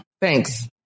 thanks